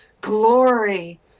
glory